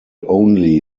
only